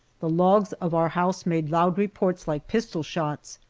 the logs of our house made loud reports like pistol shots,